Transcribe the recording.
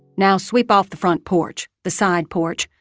now sweep off the front porch, the side porch,